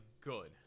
good